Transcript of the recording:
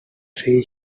three